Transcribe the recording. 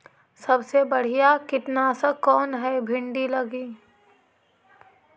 सबसे बढ़िया कित्नासक कौन है भिन्डी लगी?